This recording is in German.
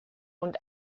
und